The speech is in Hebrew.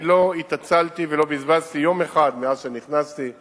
אני לא התעצלתי ולא בזבזתי יום אחד מאז שנכנסתי לתפקיד,